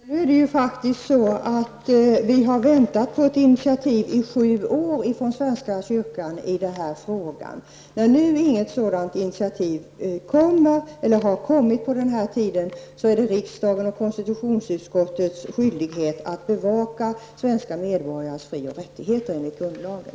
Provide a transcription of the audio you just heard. Herr talman! Nu är det ju faktiskt så att vi har väntat på ett initiativ i sju år från svenska kyrkan i den här frågan. När nu inget sådant initiativ har kommit under den här tiden, är det riksdagens och konstitutionsutskottets skyldighet att bevaka svenska medborgares fri och rättigheter enligt grundlagen.